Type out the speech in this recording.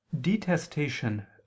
detestation